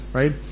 right